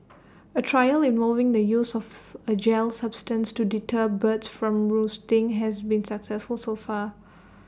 A trial involving the use of A gel substance to deter birds from roosting has been successful so far